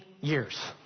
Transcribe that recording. years